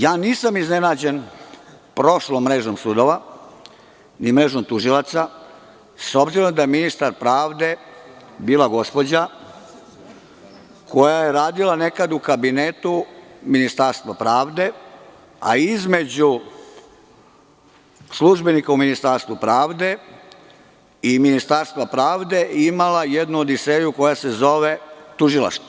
Nisam iznenađen prošlom mrežom sudova i mrežom tužilaca, s obzirom da je ministar pravde bila gospođa koja je radila nekad u Kabinetu Ministarstva pravde, a između službenika u Ministarstvu pravde i Ministarstva pravde imala jednu odiseju koja se zove tužilaštvo.